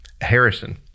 Harrison